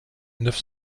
neuf